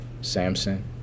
Samson